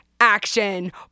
action